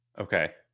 Okay